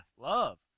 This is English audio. love